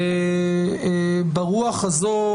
את הרוח הזו,